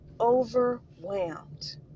overwhelmed